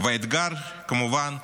והאתגר כמובן,